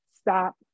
stop